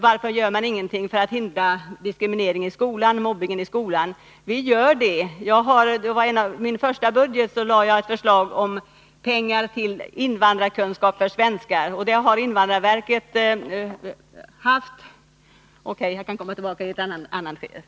Varför gör man ingenting för att hindra diskrimineringen och mobbningen i skolan, frågade Hans Pettersson. Men vi vidtar åtgärder på det området. I den första budget jag var med om att utarbeta lade jag fram förslag om att medel skulle anslås för ett projekt som kallades invandrarkunskap för svenskar. — Jag ser att min talartid är slut, och jag ber att få återkomma.